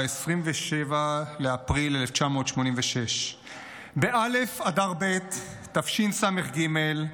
27 באפריל 1986. בא' באדר ב' תשס"ג,